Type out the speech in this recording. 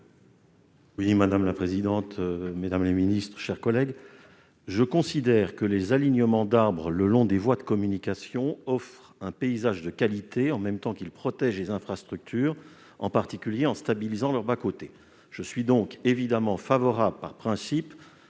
: La parole est à M. Jacques Fernique. « Je considère que les alignements d'arbres le long des voies de communication offrent un paysage de qualité, en même temps qu'ils protègent les infrastructures, en particulier en stabilisant leurs bas-côtés. Je suis donc évidemment favorable, par principe,